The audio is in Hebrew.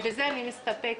בזה אני מסתפקת.